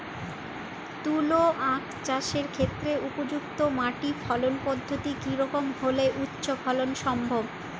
তুলো আঁখ চাষের ক্ষেত্রে উপযুক্ত মাটি ফলন পদ্ধতি কী রকম হলে উচ্চ ফলন সম্ভব হবে?